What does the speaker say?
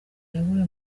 yaguye